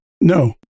No